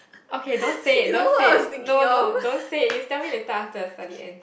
okay don't say it don't say it no no don't say it you tell me later after the study end